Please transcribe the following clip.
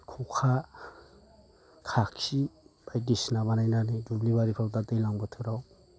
खखा खाखि बायदिसिना बानायनानै दुब्लि बारिफ्राव दा दैलां बोथोराव